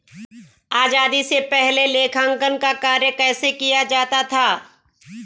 आजादी से पहले लेखांकन का कार्य कैसे किया जाता था?